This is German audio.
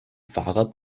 fahrrad